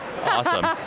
Awesome